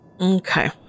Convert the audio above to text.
Okay